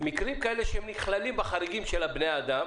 מקרים כאלה שנכללים בחריגים של בני אדם,